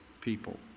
people